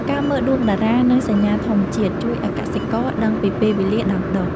ការមើលដួងតារា និងសញ្ញាធម្មជាតិ ជួយឱ្យកសិករដឹងពីពេលវេលាដាំដុះ។